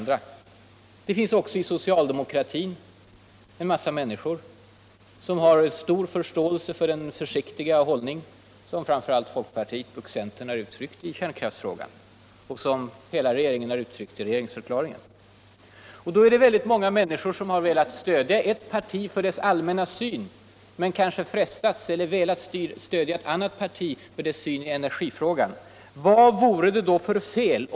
Det finns även i socialdemokratin en massa människor som har stor förståelse för den försiktiga hållning som framför allt folkpartiet och centern har uttryckt i kärnkrafisfrägan och som hela regeringen har uttryckt i regeringsförklaringen. Väldigt många milinniskor har velat stödja eu parti för dess allmänna syn men kanske frestats eller velat stödja ett annat parti för dess syn i energitfräpan. Vad vore det för fel.